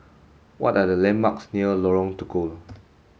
what are the landmarks near Lorong Tukol